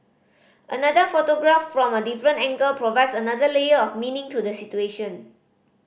another photograph from a different angle provides another layer of meaning to the situation